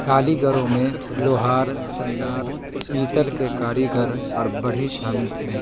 کالیگروں میں لوہار سنار پیتل کے کاریگر اور بڑھئی شامل تھے